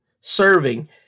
serving